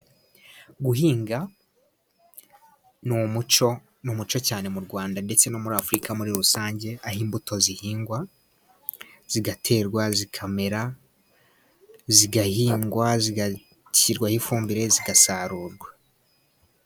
Guhinga ni umuco, ni umuco cyane mu Rwanda ndetse no muri Afurika muri rusange, aho imbuto zihingwa, zigaterwa, zikamera, zigahingwa, zigashyirwaho ifumbire, zigasarurwa.